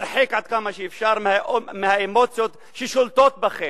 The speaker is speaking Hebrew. הרחק עד כמה שאפשר מהאמוציות ששולטות בכם.